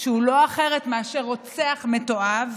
שהוא לא אחר מאשר רוצח מתועב,